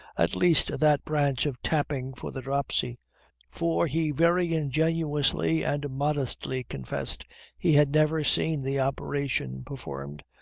at least that branch of tapping for the dropsy for he very ingenuously and modestly confessed he had never seen the operation performed,